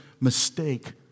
mistake